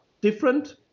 different